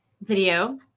video